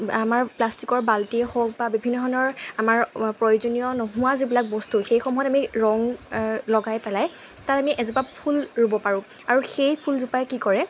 আমাৰ প্লাষ্টিকৰ বাল্টিয়ে হওক বা বিভিন্ন ধৰণৰ আমাৰ প্ৰয়োজনীয় নোহোৱা যিবিলাক বস্তু সেইসমূহত আমি ৰং লগাই পেলাই তাত আমি এজোপা ফুল ৰুব পাৰোঁ আৰু সেই ফুলজোপাই কি কৰে